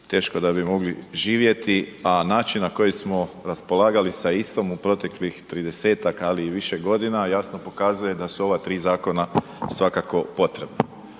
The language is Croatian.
teško da bi mogli živjeti, a način na koji smo raspolagali sa istom u proteklih 30-tak ali i više godina jasno pokazuje da su ova tri zakona svakako potrebna.